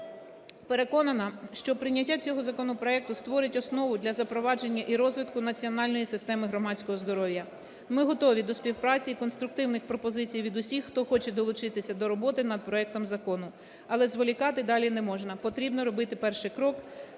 Переконана, що прийняття цього законопроекту створить основу для запровадження і розвитку національної системи громадського здоров'я. Ми готові до співпраці і конструктивних пропозицій від усіх, хто хоче долучитися до роботи над проектом закону. Але зволікати далі не можна, потрібно робити перший крок.